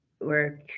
work